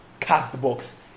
Castbox